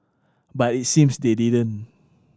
but it seems they didn't